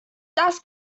das